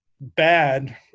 bad